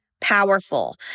powerful